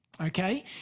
Okay